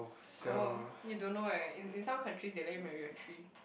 oh you don't know eh in in some countries they let you marry a tree